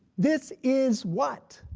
this is what?